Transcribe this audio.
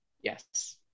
Yes